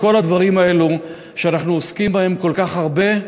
וכל הדברים האלה שאנחנו עוסקים בהם כל כך הרבה,